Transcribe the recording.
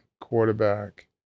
quarterback